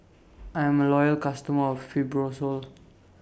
I'm A Loyal customer of Fibrosol